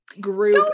group